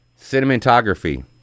Cinematography